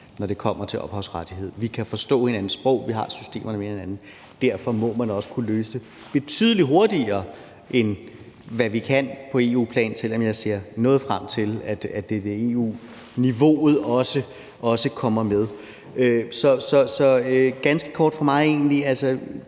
når det kommer til ophavsrettigheder. Vi kan forstå hinandens sprog, vi har systemer, der minder om hinanden, og derfor må man også kunne løse det betydelig hurtigere, end hvad vi kan på EU-plan, selv om jeg ser frem til, at EU-niveauet også kommer med. Så jeg vil ganske kort sige, at